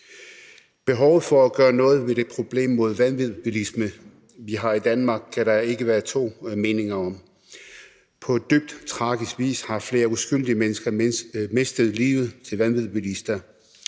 Behovet for at gøre noget ved det problem med vanvidsbilisme, vi har i Danmark, kan der ikke være to meninger om. På dybt tragisk vis har flere uskyldige mennesker mistet livet til vanvidsbilister.